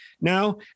now